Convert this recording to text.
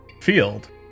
field